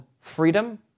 freedom